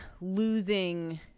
losing